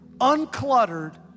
uncluttered